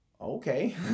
Okay